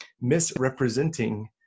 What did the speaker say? misrepresenting